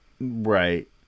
Right